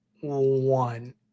one